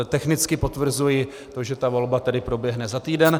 Technicky potvrzuji to, že ta volba tedy proběhne za týden.